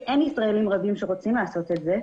שאין ישראלים רבים שרוצים לעשות את זה,